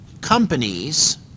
companies